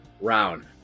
round